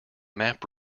map